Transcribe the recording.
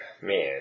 man